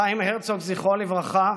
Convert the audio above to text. חיים הרצוג, זכרו לברכה,